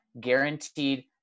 guaranteed